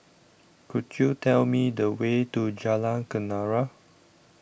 Could YOU Tell Me The Way to Jalan Kenarah